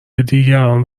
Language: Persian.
دیگران